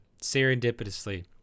serendipitously